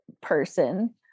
person